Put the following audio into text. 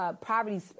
poverty